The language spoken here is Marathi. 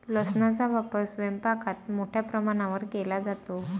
लसणाचा वापर स्वयंपाकात मोठ्या प्रमाणावर केला जातो